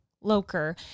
Loker